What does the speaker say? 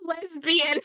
lesbian